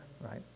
right